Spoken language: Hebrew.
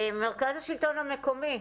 מרכז השלטון המקומי,